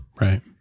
Right